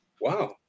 Wow